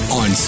on